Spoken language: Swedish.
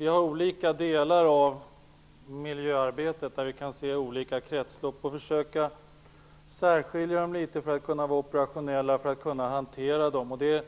Inom delar av miljöarbetet gäller det olika kretslopp. Vi får försöka särskilja dem litet för att kunna vara operationella och för att kunna hantera med.